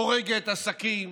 הורגת עסקים,